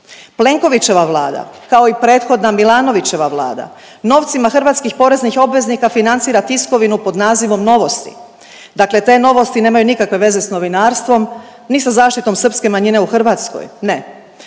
Plenkovićeva Vlada kao i prethodna Milanovićeva Vlada novcima hrvatskih poreznih obveznika financira tiskovinu pod nazivom Novosti. Dakle, te Novosti nemaju nikakve veze sa novinarstvom, ni sa zaštitom srpske manjine u Hrvatskoj. Ne,